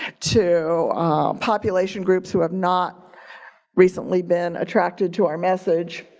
to population groups who have not recently been attracted to our message.